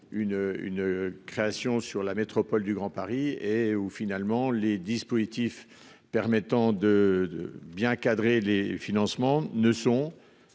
une création sur la métropole du Grand Paris et où finalement les dispositifs permettant de de bien cadrer les financements ne sont.